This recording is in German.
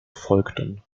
folgten